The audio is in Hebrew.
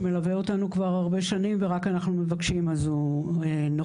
שמלווה אותנו כבר הרבה שנים ורק אנחנו מבקשים אז הוא נוכח.